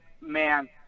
man